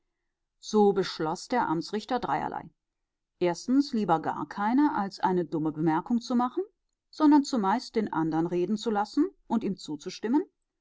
so beschloß der amtsrichter dreierlei erstens lieber gar keine als eine dumme bemerkung zu machen sondern zumeist den andern reden zu lassen und ihm zuzustimmen